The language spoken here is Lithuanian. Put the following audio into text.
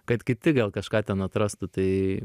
kad kiti gal kažką ten atrastų tai